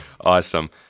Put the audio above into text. Awesome